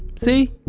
see?